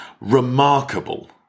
remarkable